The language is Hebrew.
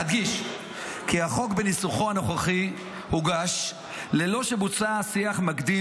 אדגיש כי החוק בניסוחו הנוכחי הוגש ללא שבוצע שיח מקדים